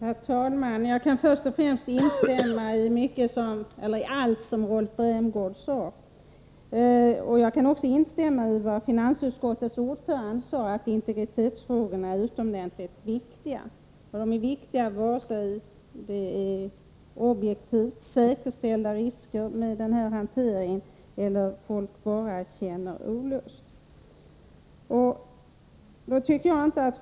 Herr talman! Jag kan först instämma i allt som Rolf Rämgård sade. Likaså kan jag instämma i uttalandet från finansutskottets ordförande om att integritetsfrågorna är utomordentligt viktiga. De är viktiga vare sig det objektivt kan fastställas att det inte är några risker med denna hantering eller om det förhåller sig så att folk bara känner olust inför dem.